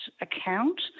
account